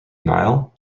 nile